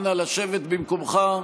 נא לשבת במקומך.